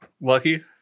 Lucky